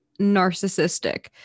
narcissistic